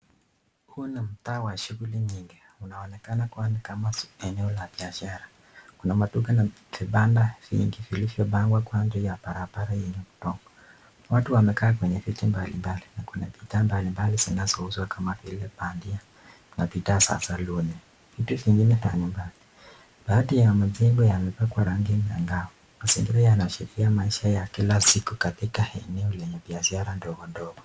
Huu ni mtaa wa shughuli mingi unaonekana kuwa ni kama eneo la biashara. Kuna duka na vibanda vingi vilivyo pangwa kando ya barabara yenye udongo. Watu wamekaa kwenye viti mbali mbali na kuna bidhaa mbali mbali zinazouzwa kama vile bandia na bidhaa za saluni. Vitu vingine za nyumba baadhi ya majengo yamepakwa rangi angao. Mazingira yanaashiria maisha ya kila siku katika eneo lenye biasha ndogo ndogo.